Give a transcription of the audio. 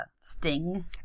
sting